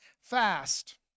fast